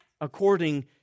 according